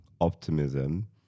optimism